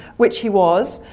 which he was.